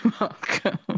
welcome